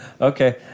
Okay